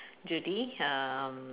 Judy um